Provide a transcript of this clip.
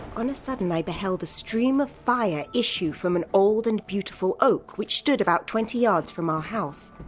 on a sudden i beheld a stream of fire issue from an old and beautiful oak which stood about twenty yards from our house